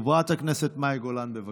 חברת הכנסת מאי גולן, בבקשה.